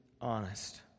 honest